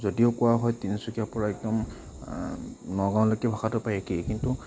যদিও কোৱা হয় তিনিচুকীয়াৰ পৰা একদম নগাঁওলৈকে ভাষাটো প্ৰায় একেই কিন্তু